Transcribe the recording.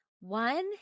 One